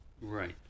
Right